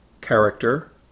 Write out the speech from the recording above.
character